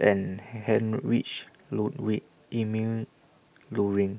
and Heinrich Ludwig Emil Luering